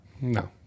No